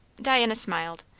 diana smiled.